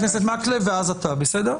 מקלב ואז אתה, בסדר?